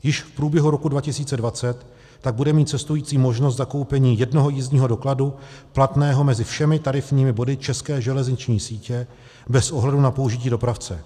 Již v průběhu roku 2020 tak bude mít cestující možnost zakoupení jednoho jízdního dokladu platného mezi všemi tarifními body české železniční sítě bez ohledu na použití dopravce.